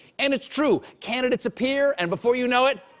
and it's true candidates appear and, before you know it,